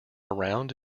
around